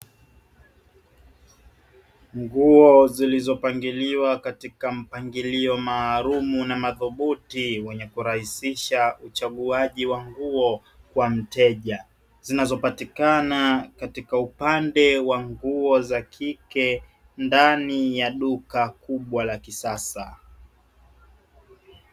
Nguo zilizopangiliwa katika mpangilio maalumu na madhubuti wenye kurahisisha uchaguaji wa nguo kwa mteja zinazopatikana katika upande wa nguo za kike ndani ya duka kubwa la kisasa.